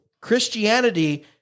Christianity